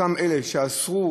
אותם אלה שאסרו,